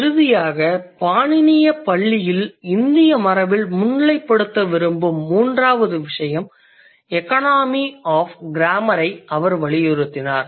இறுதியாக பாணினிய பள்ளியில் இந்திய மரபில் முன்னிலைப்படுத்த விரும்பும் மூன்றாவது விடயம் எகானமி ஆஃப் கிராமர் ஐ அவர் வலியுறுத்தினார்